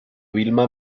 vilma